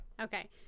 okay